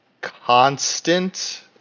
constant